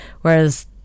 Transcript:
Whereas